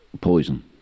poison